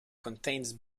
contains